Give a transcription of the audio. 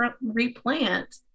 replant